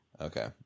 Okay